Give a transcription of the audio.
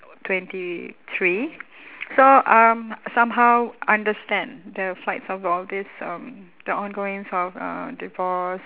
twenty three so I'm somehow understand the fights of all this um the ongoings of uh divorce